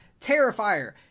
Terrifier